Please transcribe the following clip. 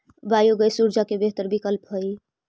biogas ऊर्जा के बेहतर विकल्प हई